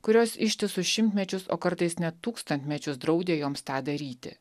kurios ištisus šimtmečius o kartais net tūkstantmečius draudė joms tą daryti